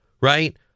right